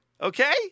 Okay